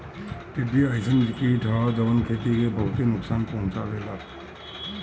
टिड्डा अइसन कीट ह जवन खेती के बहुते नुकसान पहुंचावेला